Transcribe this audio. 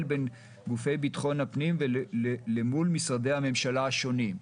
בין גופי ביטחון הפנים וניהול משרדי הממשלה השונים.